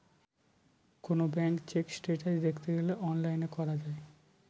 কোনো bank check status দেখতে গেলে অনলাইনে করা যায়